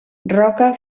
roca